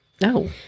No